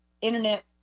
internet